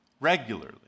Regularly